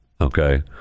okay